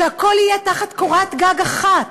שהכול יהיה תחת קורת גג אחת.